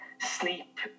sleep